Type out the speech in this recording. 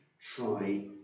try